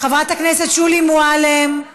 חברת הכנסת שולי מועלם,